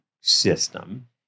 system